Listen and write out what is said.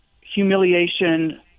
humiliation